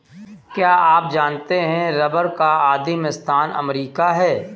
क्या आप जानते है रबर का आदिमस्थान अमरीका है?